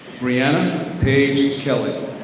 breanna paige kelley.